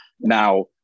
Now